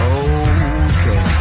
okay